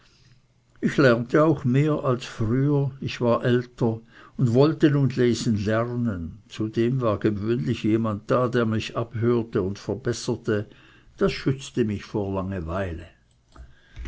ich lernte auch mehr als früher ich war älter und wollte nun lesen lernen zudem war gewöhnlich jemand da der mich abhörte und verbesserte das schützte mich vor